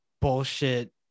bullshit